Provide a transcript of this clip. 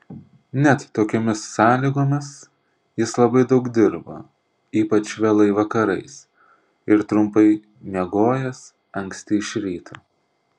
net tokiomis sąlygomis jis labai daug dirbo ypač vėlai vakarais ir trumpai miegojęs anksti iš ryto